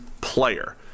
player